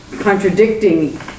contradicting